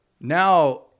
now